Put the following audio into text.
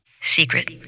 secret